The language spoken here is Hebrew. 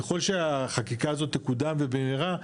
ככול שהחקיקה הזו תקודם ובמהרה,